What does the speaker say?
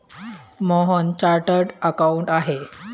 Mohan chartered accountant आहेत